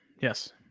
Yes